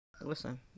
Listen